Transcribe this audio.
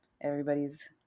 everybody's